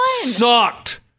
Sucked